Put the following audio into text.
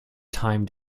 time